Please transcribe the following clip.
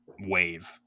wave